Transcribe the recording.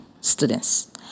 students